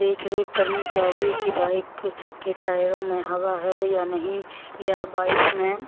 देख रेख करनी चाहिए के बाइक के टायरों में हवा है या नहीं या बाइक में